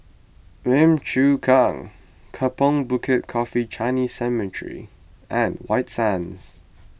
Lim Chu Kang Kampong Bukit Coffee Chinese Cemetery and White Sands